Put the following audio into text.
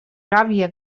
gàbia